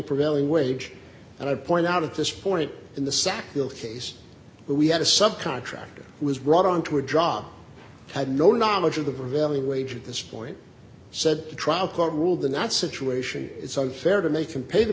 prevailing wage and i point out at this point in the sackville case we had a sub contractor who was brought on to a job had no knowledge of the prevailing wage at this point said the trial court ruled in that situation it's unfair to make him pay the